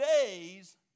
days